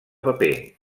paper